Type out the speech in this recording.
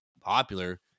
popular